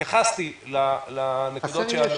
התייחסתי לנקודות שעלו.